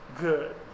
good